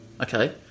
okay